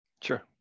Sure